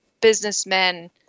businessmen